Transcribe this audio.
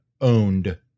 owned